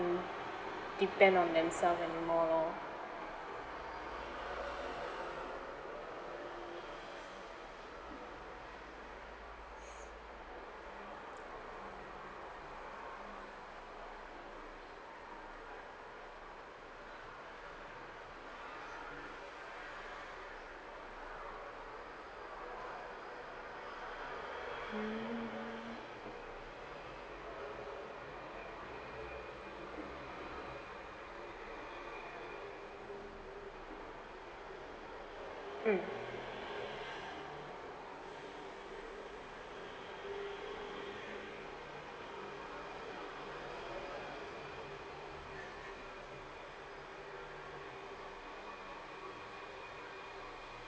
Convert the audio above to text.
depend on themselves anymore lor mm